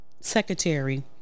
Secretary